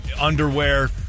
Underwear